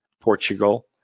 Portugal